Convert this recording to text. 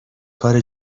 کار